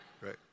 Right